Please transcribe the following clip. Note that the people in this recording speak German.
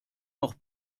noch